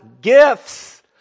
gifts